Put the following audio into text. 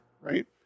Right